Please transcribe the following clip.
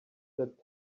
that